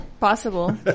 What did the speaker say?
Possible